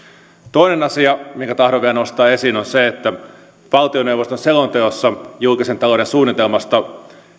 toinen asia minkä tahdon vielä nostaa esiin on se että valtioneuvoston selonteossa julkisen talouden suunnitelmasta